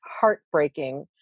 Heartbreaking